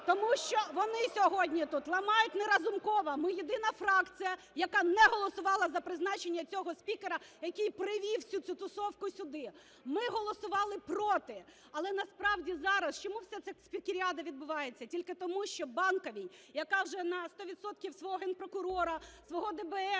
тому що вони сьогодні тут ламають не Разумкова. Ми – єдина фракція, яка не голосувала за призначення цього спікера, який привів всю цю тусовку сюди. Ми голосували "проти". Але насправді зараз чому вся ця спікеріада відбувається? Тільки тому, що Банковій, яка вже на сто відсотків свого Генпрокурора, свого ДБР,